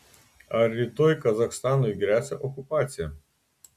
ar rytoj kazachstanui gresia okupacija